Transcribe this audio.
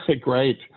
Great